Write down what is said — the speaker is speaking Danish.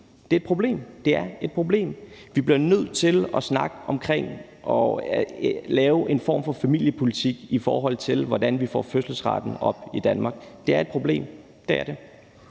Det er et problem. Det er et problem. Vi bliver nødt til at snakke om at lave en form for en familiepolitik, i forhold til hvordan vi får fødselsraten op i Danmark. Det er et problem. Det er det.